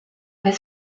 his